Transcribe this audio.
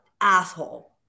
asshole